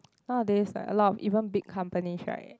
nowadays like a lot of even big companies right